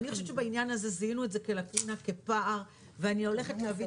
אני חושבת שבעניין הזה זיהינו את זה כפער ואני הולכת להביא